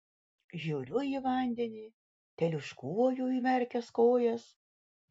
žiūriu į vandenį teliūškuoju įmerkęs kojas